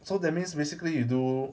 so that means basically you do